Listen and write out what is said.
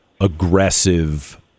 aggressive